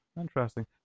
interesting